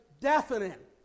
definite